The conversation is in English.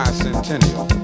centennial